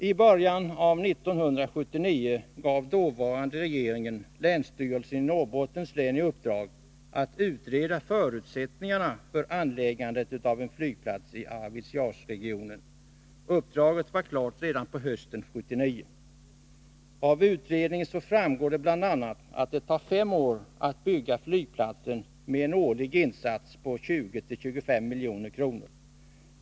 I början av 1979 gav den dåvarande regeringen länsstyrelsen i Norrbottens län i uppdrag att utreda förutsättningarna för anläggandet av en flygplats i Arvidsjaursregionen. Uppdraget var klart redan på hösten 1979. Av utredningen framgår bl.a. att det tar fem år att bygga flygplatsen med en årlig insats på 20-25 milj.kr.